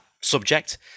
subject